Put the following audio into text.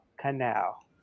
Canal